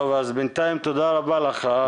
טוב, אז בינתיים תודה רבה לך.